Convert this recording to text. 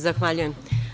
Zahvaljujem.